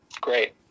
Great